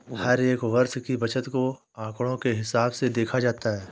हर एक वर्ष की बचत को आंकडों के हिसाब से देखा जाता है